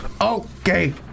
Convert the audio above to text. Okay